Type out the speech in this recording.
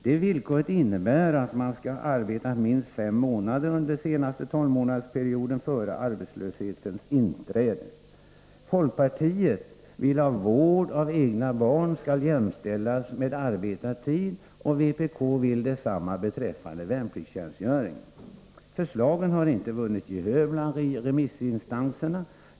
Det villkoret innebär att man skall ha arbetat minst fem månader under den senaste tolvmånadersperioden före arbetslöshetens inträde. Folkpartiet vill att vård av egna barn skall jämställas med arbetad tid och vpk vill detsamma beträffande värnpliktstjänstgöring. Förslagen har inte vunnit gehör bland remissinstanserna.